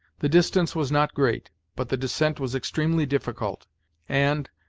the distance was not great, but the descent was extremely difficult and,